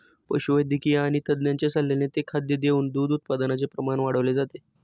पशुवैद्यक आणि तज्ञांच्या सल्ल्याने ते खाद्य देऊन दूध उत्पादनाचे प्रमाण वाढवले जाते